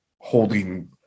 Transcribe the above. holding